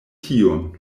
tiun